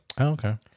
okay